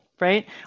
right